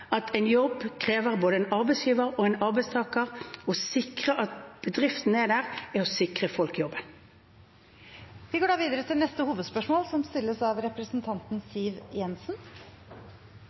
at en jobb krever både en arbeidsgiver og en arbeidstaker. Å sikre at bedriften er der, er å sikre folk jobb. Vi går videre til neste hovedspørsmål.